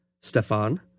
Stefan